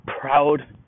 proud